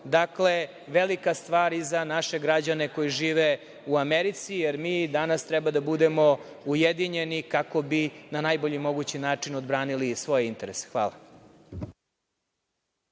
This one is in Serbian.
Dakle, velika stvar i za naše građane koji žive u Americi, jer mi danas treba da budemo ujedinjeni kako bi na najbolji mogući način odbranili svoje interese. Hvala.